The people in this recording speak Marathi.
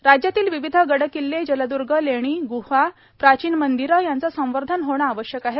म्ख्यमंत्री राज्यातील विविध गड किल्ले जलद्र्ग लेणी ग्हा प्राचीन मंदिरे यांचे संवर्धन होणे आवश्यक आहे